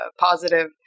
positive